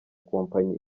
kompanyi